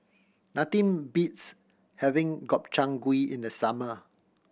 nothing beats having Gobchang Gui in the summer